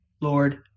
Lord